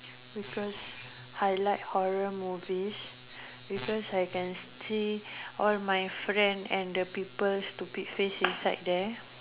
because I like horror movies because I can see all my friend and the people stupid face inside there